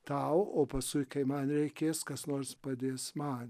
tau o paskui kai man reikės kas nors padės man